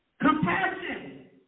Compassion